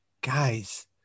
Guys